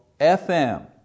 FM